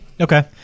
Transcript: Okay